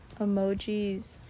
emojis